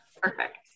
perfect